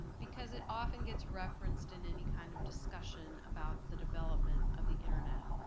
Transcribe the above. because it often gets referenced in any kind of discussion about the development of the internet.